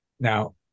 Now